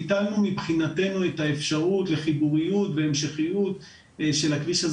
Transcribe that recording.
ביטלנו מבחינתנו את האפשרות לחיבוריות והמשכיות של הכביש הזה